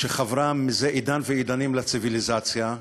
שחברה מאז עידן ועידנים לציוויליזציה,